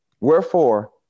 Wherefore